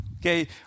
Okay